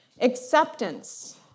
Acceptance